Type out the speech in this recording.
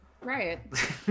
Right